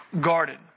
garden